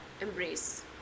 embrace